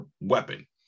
weapon